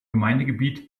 gemeindegebiet